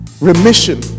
remission